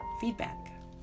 feedback